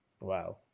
Wow